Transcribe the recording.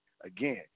Again